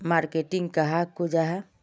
Marketing कहाक को जाहा?